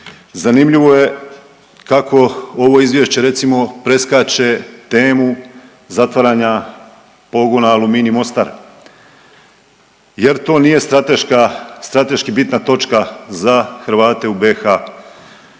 Zanimljivo je kako ovo izvješće recimo preskače temu zatvaranja pogona Aluminij Mostar jer to nije strateški bitna točka za Hrvate u BiH.